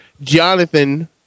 Jonathan